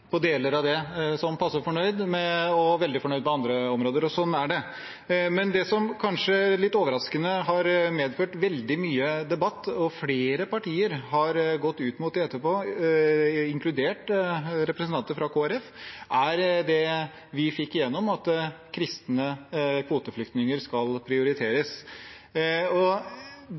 fornøyd med deler av det og veldig fornøyd på andre områder, og slik er det. Men det som kanskje litt overraskende har medført veldig mye debatt, og flere partier har gått ut mot det etterpå, inkludert representanter fra Kristelig Folkeparti, er det vi fikk igjennom, at kristne kvoteflyktninger skal prioriteres.